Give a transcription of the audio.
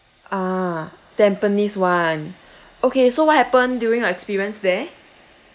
ah tampines [one] okay so what happened during your experience there